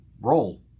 roll